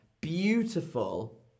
Beautiful